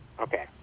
Okay